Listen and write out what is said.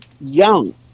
young